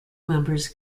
members